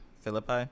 Philippi